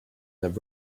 that